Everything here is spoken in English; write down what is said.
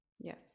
yes